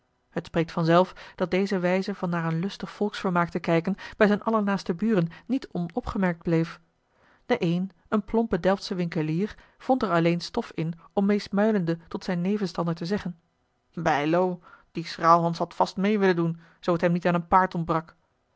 het spreekt vanzelf dat deze wijze van naar een lustig volksvermaak te kijken bij zijne allernaaste buren niet onopgemerkt bleef de een een plompe delftsche winkelier vond er alleen stof in om meesmuilende tot zijn nevenstander te zeggen bylo die schraalhans had vast meê willen doen zoo t hem niet aan een paard ontbrak